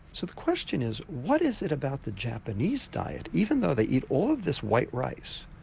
so the question is what is it about the japanese diet, even though they eat all of this white rice,